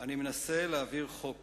אני מנסה להעביר חוק